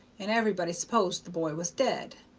and everybody supposed the boy was dead.